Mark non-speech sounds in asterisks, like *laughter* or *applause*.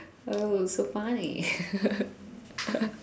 oh so funny *laughs*